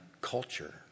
culture